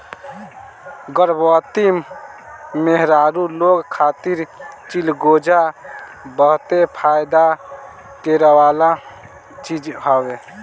गर्भवती मेहरारू लोग खातिर चिलगोजा बहते फायदा करेवाला चीज हवे